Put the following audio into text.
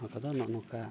ᱚᱱᱟ ᱠᱚᱫᱚ ᱱᱚᱜᱼᱚᱸᱭ ᱱᱚᱠᱟ